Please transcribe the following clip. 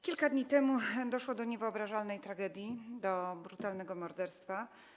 Kilka dni temu doszło do niewyobrażalnej tragedii, do brutalnego morderstwa.